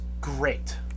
great